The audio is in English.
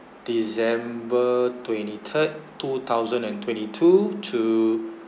december twenty third two thousand and twenty two to